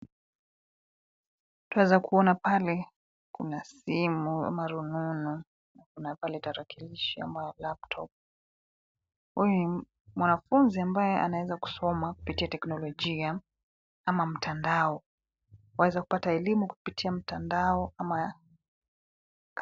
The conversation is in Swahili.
Ukiweza kuona pale, kuna simu ama rununu, na pia kuna tarakilishi au laptop. Huyu ni mwanafunzi ambaye anaweza kusoma kupitia teknolojia ama mtandao. Anaweza kupata elimu kupitia mtandao.